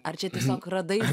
ar čia žinok radai